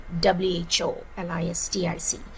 W-H-O-L-I-S-T-I-C